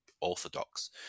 orthodox